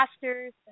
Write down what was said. pastors